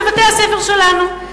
בבתי-הספר שלנו.